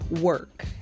work